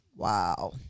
Wow